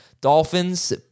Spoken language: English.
Dolphins